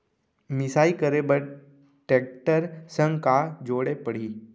मिसाई करे बर टेकटर संग का जोड़े पड़ही?